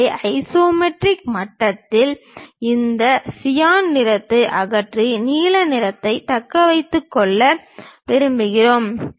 எனவே ஐசோமெட்ரிக் மட்டத்தில் இந்த சியான் நிறத்தை அகற்றி நீல நிறத்தை தக்க வைத்துக் கொள்ள விரும்புகிறோம்